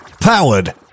powered